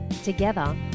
Together